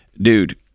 Dude